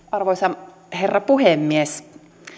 arvoisa herra puhemies